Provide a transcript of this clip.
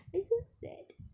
it's so sad